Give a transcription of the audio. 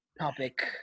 topic